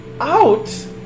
out